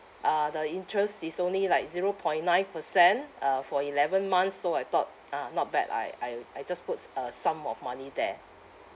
uh the interest is only like zero point nine percent uh for eleven months so I thought ah not bad I I I just puts a sum of money there